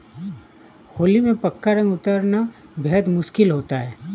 होली में पक्का रंग उतरना बेहद मुश्किल होता है